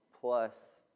plus